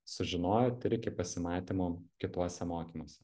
sužinojot ir iki pasimatymo kituose mokymuose